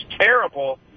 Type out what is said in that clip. terrible